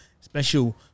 Special